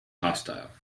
hostile